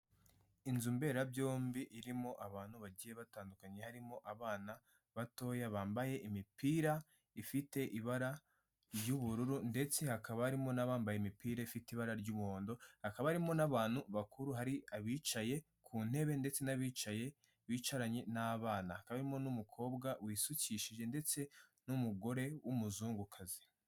Inzu mberabyombi irimo abantu bagiye batandukanye, harimo abana batoya bambaye imipira ifite ibara ry'ubururu, ndetse hakaba harimo n'abambaye imipira ifite ibara ry'umuhondo, hakaba harimo n'abantu bakuru, hari abicaye ku ntebe ndetse n'abicaye bicaranye n'abana, hakaba harimo n'umukobwa wisukishije ndetse n'umugore w'umuzungukazi.